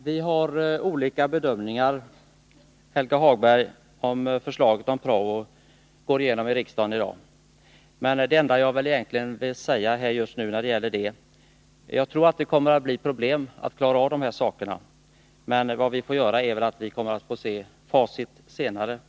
Herr talman! Vi har olika bedömningar, Helge Hagberg, om förslaget om prao går igenom i riksdagen i dag. Det enda jag egentligen vill säga här just nu när det gäller den frågan är att jag tror att det kommer att bli problem att klara av dessa saker. Men vi kommer väl att få se facit senare.